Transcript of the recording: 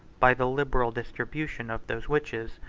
by the liberal distribution of those riches,